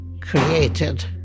created